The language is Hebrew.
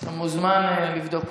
אתה מוזמן לבדוק.